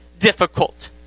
difficult